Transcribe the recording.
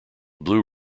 blue